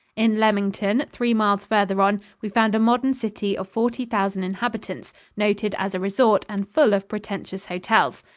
in leamington, three miles farther on, we found a modern city of forty thousand inhabitants, noted as a resort and full of pretentious hotels.